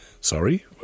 sorry